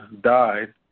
died